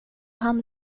han